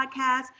podcast